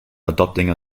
adopting